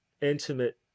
intimate